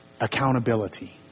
accountability